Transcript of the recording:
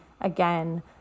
again